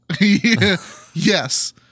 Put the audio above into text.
yes